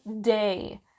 day